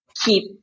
keep